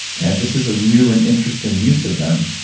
and this is a new and interesting use of them.